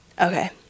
Okay